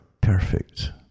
perfect